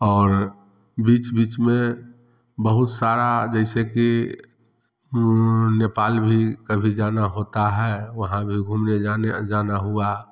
और बीच बीच में बहुत सारा जैसे कि नेपाल भी कभी जाना होता है वहाँ भी घूमने जाने जाना हुआ